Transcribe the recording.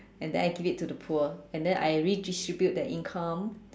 and then I give it to the poor and then I redistribute the income